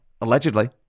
allegedly